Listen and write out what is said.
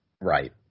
Right